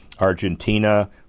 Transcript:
Argentina